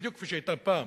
בדיוק כפי שהיא היתה פעם,